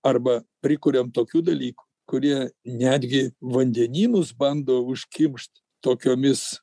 arba prikuriam tokių dalykų kurie netgi vandenynus bando užkimšt tokiomis